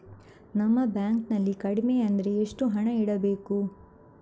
ನಮ್ಮ ಬ್ಯಾಂಕ್ ನಲ್ಲಿ ಕಡಿಮೆ ಅಂದ್ರೆ ಎಷ್ಟು ಹಣ ಇಡಬೇಕು?